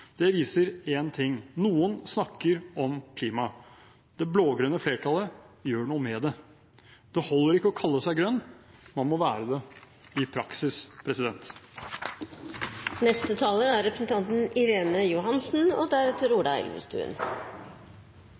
Det viser én ting: Noen snakker om klima. Det blå-grønne flertallet gjør noe med det. Det holder ikke å kalle seg grønn, man må være det i praksis.